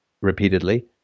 repeatedly